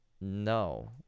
no